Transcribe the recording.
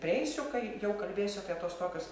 prieisiu kai jau kalbėsiu apie tuos tokius